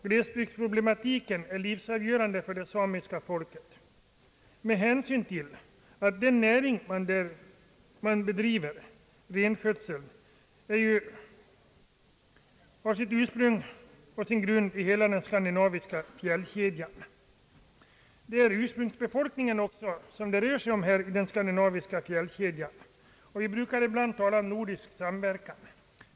Glesbygdsproblematiken är livsavgörande för det samiska folket därigenom att det bedriver renskötsel som ju har sin grund i den nordiska fjällvärlden, Det är skandinaviska fjällkedjans ursprungsbefolkning som det rör sig om här, Vi brukar ibland tala om nordisk samverkan.